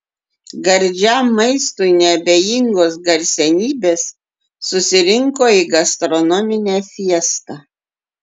gardžiam maistui neabejingos garsenybės susirinko į gastronominę fiestą